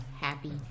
happy